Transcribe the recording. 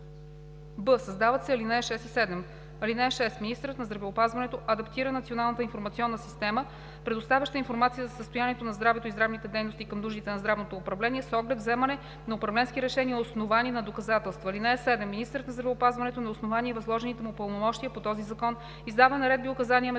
б) създават се ал. 6 и 7: „(6) Министърът на здравеопазването адаптира националната информационна система, предоставяща информация за състоянието на здравето и здравните дейности към нуждите на здравното управление с оглед вземане на управленски решения, основани на доказателства. (7) Министърът на здравеопазването на основание възложените му пълномощия по този закон издава наредби, указания, методики